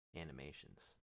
animations